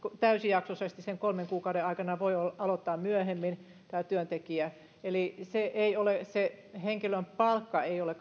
täysijaksoisesti sen kolmen kuukauden aikana tämä työntekijä voi aloittaa myöhemmin eli se henkilön palkka ei ole